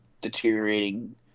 deteriorating